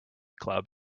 club